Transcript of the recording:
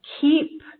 keep